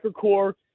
core